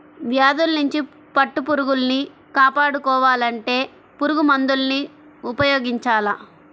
వ్యాధుల్నించి పట్టుపురుగుల్ని కాపాడుకోవాలంటే పురుగుమందుల్ని ఉపయోగించాల